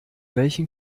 welchen